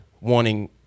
wanting